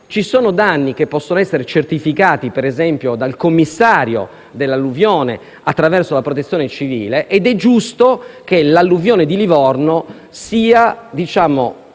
Ci sono danni che possono essere certificati, per esempio, dal commissario dell'alluvione, attraverso la Protezione civile, ed è giusto che l'alluvione di Livorno sia trattata